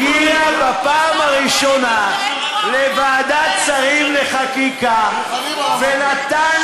הגיע בפעם הראשונה לוועדת השרים לחקיקה ונתן